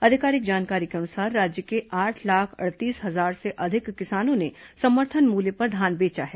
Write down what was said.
आधिकारिक जानकारी के अनुसार राज्य के आठ लाख अड़तीस हजार से अधिक किसानों ने समर्थन मूल्य पर धान बेचा है